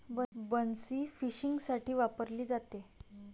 बन्सी फिशिंगसाठी वापरली जाते